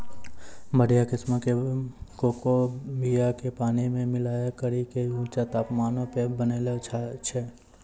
बढ़िया किस्मो के कोको बीया के पानी मे मिलाय करि के ऊंचा तापमानो पे बनैलो जाय छै